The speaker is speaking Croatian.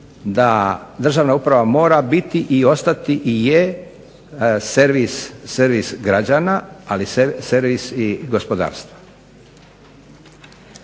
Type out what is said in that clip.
da državna uprava mora biti i ostati i je servis građana, ali servis i gospodarstva.